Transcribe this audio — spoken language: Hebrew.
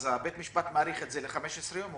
אז בית המשפט מאריך את זה ל-15 יום.